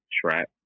Trap